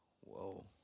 whoa